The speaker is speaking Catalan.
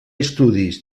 estudis